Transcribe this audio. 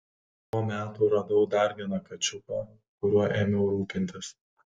po metų radau dar vieną kačiuką kuriuo ėmiau rūpintis